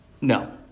No